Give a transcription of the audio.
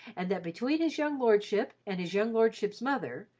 and that between his young lordship and his young lordship's mother,